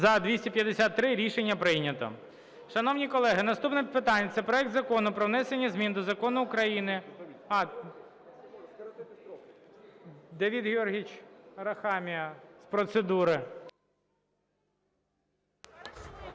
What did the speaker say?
За-253 Рішення прийнято. Шановні колеги, наступне питання - це проект Закону про внесення змін до Закону України… Давид Георгійович Арахамія - з процедури.